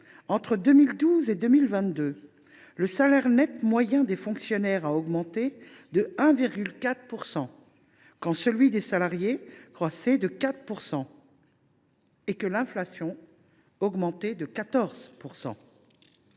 entre 2012 et 2022, le salaire net moyen des fonctionnaires a augmenté de 1,4 %, quand celui des salariés a crû de 4 % et l’inflation, de 14 %.